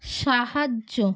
সাহায্য